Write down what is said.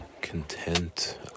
content